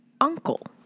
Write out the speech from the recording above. uncle